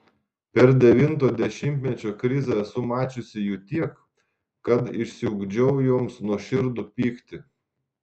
per devinto dešimtmečio krizę esu mačiusi jų tiek kad išsiugdžiau joms nuoširdų pyktį